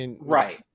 Right